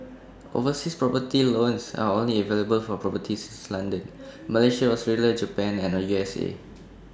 overseas property loans are only available for properties in London Malaysia Australia Japan and U S A